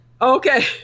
Okay